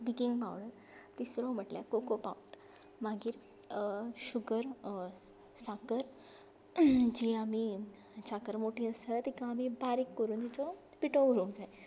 baking powder तिसरो म्हटल्या cocoa powder मागीर शुगर साकर जी आमी साकर मोटी आसता तिका आमी बारीक करून तिचो पिटो करूंक जाय